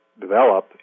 develop